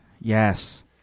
Yes